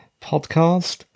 Podcast